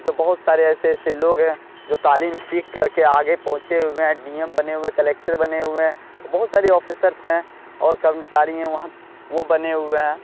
جو بہت سارے ایسے ایسے لوگ ہیں جو تعلیم سیکھ کر کے آگے پہنچے ہوئے ہیں ڈی ایم بنے ہوئے کلکٹر بنے ہوئے بہت سارے آفیسرس ہیں اور کرمچاری ہیں وہاں وہ بنے ہوئے ہیں